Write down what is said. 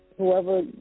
Whoever